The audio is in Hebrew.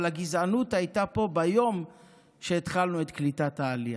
אבל הגזענות הייתה פה ביום שהתחלנו את קליטת העלייה.